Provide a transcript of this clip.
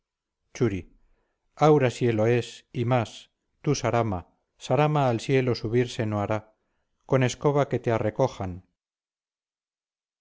churi aura sielo es y más tú sarama sarama al sielo subirse no hará con escoba que te arrecojan